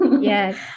Yes